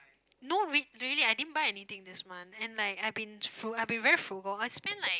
no real~ really I didn't buy anything this month and like I been fru~ I been very frugal I spend like